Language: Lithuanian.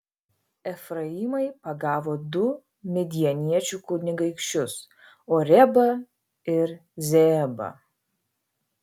efraimai pagavo du midjaniečių kunigaikščius orebą ir zeebą